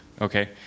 okay